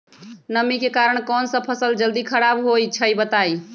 नमी के कारन कौन स फसल जल्दी खराब होई छई बताई?